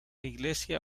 iglesia